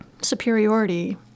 superiority